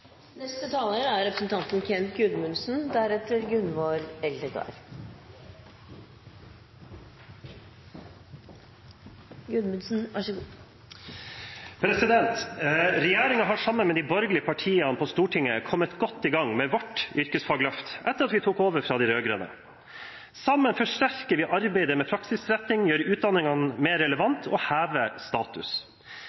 har sammen med de borgerlige partiene på Stortinget kommet godt i gang med vårt yrkesfagløft etter at vi tok over for de rød-grønne. Sammen forsterker vi arbeidet med praksisretting, gjør utdanningene mer relevante og hever status.